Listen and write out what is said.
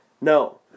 No